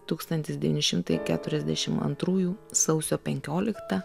tūkstantis devyni šimtai keturiasdešim antrųjų sausio penkioliktą